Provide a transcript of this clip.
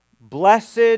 Blessed